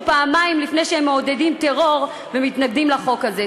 פעמיים לפני שהם מעודדים טרור ומתנגדים לחוק הזה.